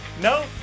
No